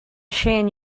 shane